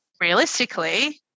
realistically